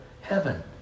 heaven